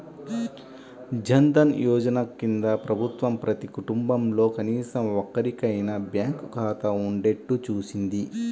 జన్ ధన్ యోజన కింద ప్రభుత్వం ప్రతి కుటుంబంలో కనీసం ఒక్కరికైనా బ్యాంకు ఖాతా ఉండేట్టు చూసింది